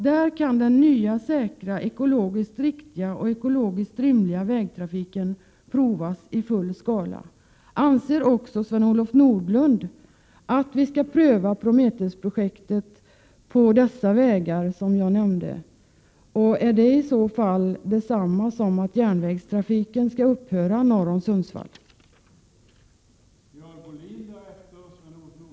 Där kan den nya säkra, ekologiskt riktiga och ekonomiskt rimliga vägtrafiken provas i full skala.” Anser också Sven-Olof Nordlund att vi skall pröva Prometheus-projektet på de vägar jag här nämnt? Är det i så fall detsamma som att järnvägstrafiken norr om Sundsvall skall upphöra?